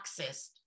accessed